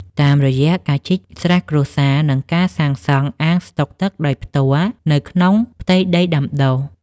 តាមរយៈការជីកស្រះគ្រួសារ និងការសាងសង់អាងស្តុកទឹកដោយផ្ទាល់នៅក្នុងផ្ទៃដីដាំដុះ។